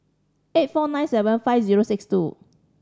eight four nine seven five zero six two